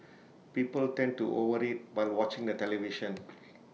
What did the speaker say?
people tend to overeat while watching the television